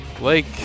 lake